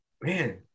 man